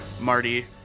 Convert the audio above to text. Marty